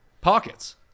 Pockets